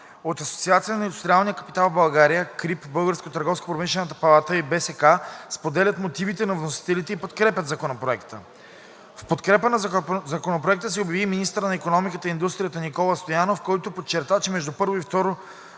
От Асоциацията на индустриалния капитал в България, КРИБ, Българската търговско-промишлена палата и Българската стопанска камара споделят мотивите на вносителите и подкрепят Законопроекта. В подкрепа на Законопроекта се обяви и министърът на икономиката и индустрията Никола Стоянов, който подчерта, че между първо и второ